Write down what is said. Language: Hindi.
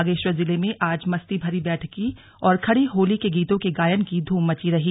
बागेश्वर जिले में आज मस्ती भरी बैठकी और खड़ी होली के गीतों के गायन की धूम मची रही